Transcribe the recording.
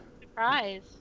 Surprise